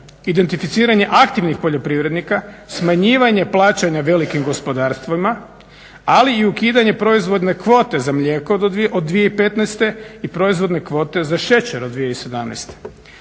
identificiranje aktivnih poljoprivrednika, smanjivanje plaćanja velikim gospodarstvima ali i ukidanje proizvodne kvote za mlijeko od 2015. i proizvodne kvote za šećer od 2017.